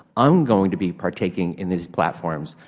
i am going to be partaking in these platforms.